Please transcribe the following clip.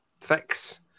fix